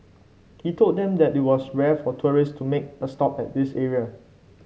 he told them that it was rare for tourist to make a stop at this area